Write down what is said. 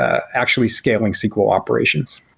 ah actually scaling sql operations.